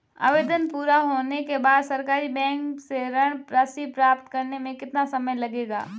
आवेदन पूरा होने के बाद सरकारी बैंक से ऋण राशि प्राप्त करने में कितना समय लगेगा?